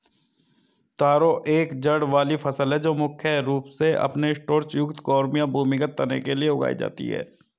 तारो एक जड़ वाली फसल है जो मुख्य रूप से अपने स्टार्च युक्त कॉर्म या भूमिगत तने के लिए उगाई जाती है